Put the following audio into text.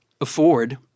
afford